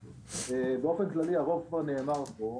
באופן כללי, הרוב נאמר פה.